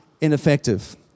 ineffective